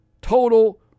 total